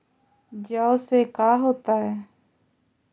जौ से का होता है?